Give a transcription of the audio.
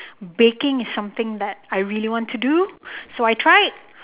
baking is something that I really want to do so I tried